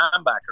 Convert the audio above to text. linebacker